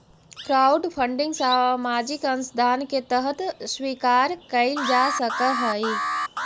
crowdfunding सामाजिक अंशदान के तरह स्वीकार कईल जा सकऽहई